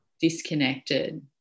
disconnected